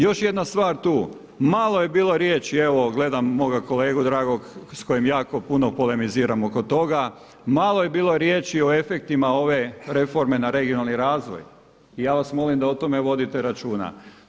Još jedna stvar tu, malo je bilo riječi, evo gledam moga kolegu dragog s kojim jako puno polemiziram oko toga, malo je bilo riječi o efektima ove reforme na regionalni razvoj i ja vas molim da o tome vodite računa.